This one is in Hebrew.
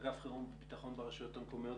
אגף חירום וביטחון ברשויות המקומיות,